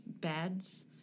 beds